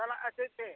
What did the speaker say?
ᱪᱟᱞᱟᱜᱼᱟ ᱥᱮ ᱪᱮᱫ